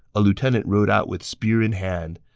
a lieutenant rode out with spear in hand.